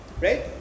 right